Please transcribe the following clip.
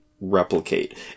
replicate